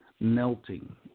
Melting